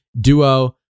duo